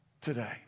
today